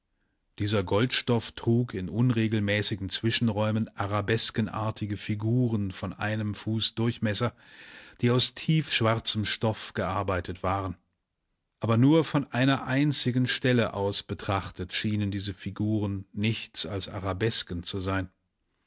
dieser goldstoff trug in unregelmäßigen zwischenräumen arabeskenartige figuren von einem fuß durchmesser die aus tiefschwarzem stoff gearbeitet waren aber nur von einer einzigen stelle aus betrachtet schienen diese figuren nichts als arabesken zu sein